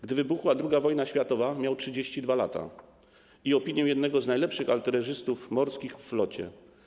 Gdy wybuchła II wojna światowa, miał 32 lata i opinię jednego z najlepszych artylerzystów morskich we flocie.